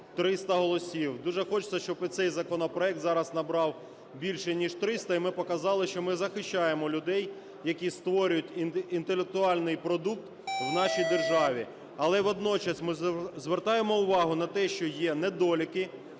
300 голосів. Дуже хочеться, щоб і цей законопроект зараз набрав більше, ніж 300, і ми показали, що ми захищаємо людей, які створюють інтелектуальний продукт в нашій державі. Але, водночас, ми звертаємо увагу на те, що є недоліки,